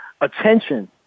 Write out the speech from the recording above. attention